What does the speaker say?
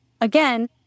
again